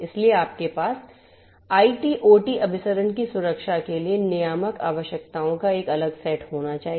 इसलिए आपके पास आईटी ओटी अभिसरण की सुरक्षा के लिए नियामक आवश्यकताओं का एक अलग सेट होना चाहिए